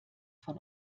von